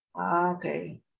okay